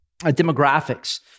demographics